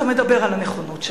אתה מדבר על הנכונות שלך,